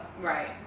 Right